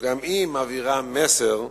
גם היא מעבירה מסר,